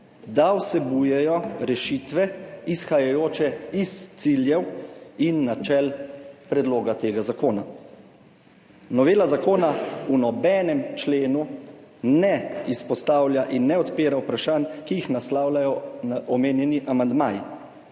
da vsebujejo rešitve, izhajajoče iz ciljev in načel predloga tega zakona. Novela zakona v nobenem členu ne izpostavlja in ne odpira vprašanj, ki jih naslavljajo omenjeni amandmaji.